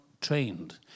trained